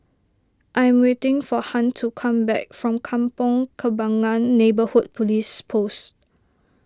I am waiting for Hunt to come back from Kampong Kembangan Neighbourhood Police Post